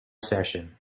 session